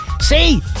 See